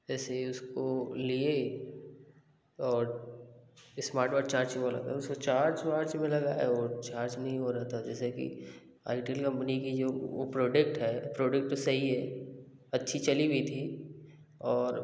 जैसे उसको लिये और स्मार्ट वॉच चार्ज वाला था उसको चार्ज वार्ज में लगाया वो चार्ज नहीं हों रहा था जैसे कि आइटिल कंपनी की जो प्रोडक्ट है प्रोडक्ट सही है अच्छी चली भी थी और